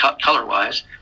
color-wise